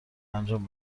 انجام